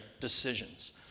decisions